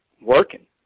working